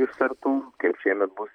iš sartų kaip šiemet bus